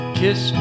kiss